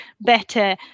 better